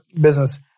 business